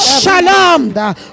Shalom